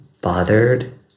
bothered